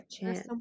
chance